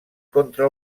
contra